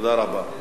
תודה רבה.